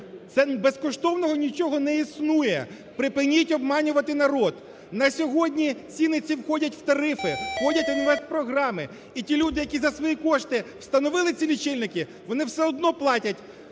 Безкоштовного нічого не існує, припиніть обманювати народ. На сьогодні ціни ці входять в тарифи, входять в інвестпрограми. І ті люди, які за свої кошти встановили ці лічильники, вони все одно платять